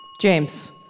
James